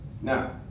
Now